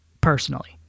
personally